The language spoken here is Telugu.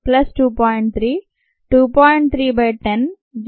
3 బై 10 0